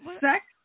sex